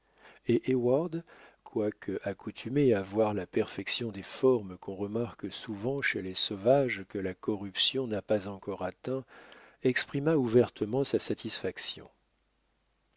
heyward quoique accoutumé à voir la perfection des formes qu'on remarque souvent chez les sauvages que la corruption n'a pas encore atteints exprima ouvertement sa satisfaction